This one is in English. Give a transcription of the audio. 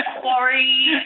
quarry